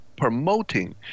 promoting